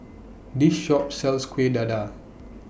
This Shop sells Kuih Dadar